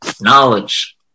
knowledge